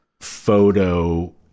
photo